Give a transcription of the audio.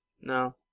No